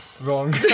Wrong